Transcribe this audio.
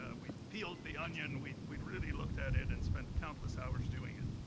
ah we peeled the onion, we we really looked at it and spent countless hours doing it.